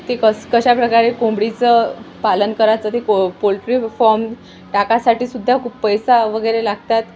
ते कसं कशा प्रकारे कोंबडीचं पालन कराचं ते पो पोल्ट्री फॉम टाकायसाठी सुुद्धा खूप पैसा वगैरे लागतात